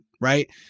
right